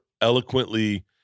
eloquently